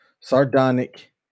sardonic